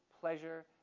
pleasure